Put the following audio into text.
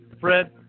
Fred